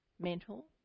mental